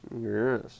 Yes